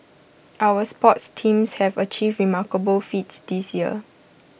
our sports teams have achieved remarkable feats this year